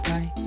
Bye